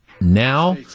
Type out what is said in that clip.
now